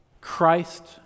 Christ